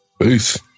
Peace